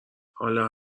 حالا